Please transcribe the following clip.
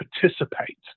participate